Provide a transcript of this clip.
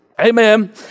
Amen